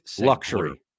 Luxury